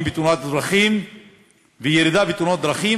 בתאונות הדרכים וירידה בתאונות הדרכים,